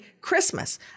Christmas